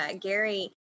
Gary